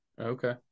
Okay